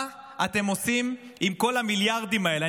מה אתם עושים עם כל המיליארדים האלה?